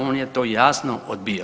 On je to jasno odbijao.